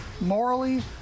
morally